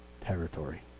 territory